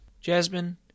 Jasmine